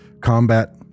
combat